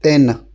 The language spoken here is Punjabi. ਤਿੰਨ